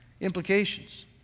implications